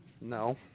No